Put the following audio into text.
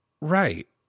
Right